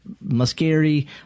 muscari